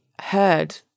heard